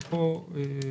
ויש פה הוראות,